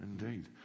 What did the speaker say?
indeed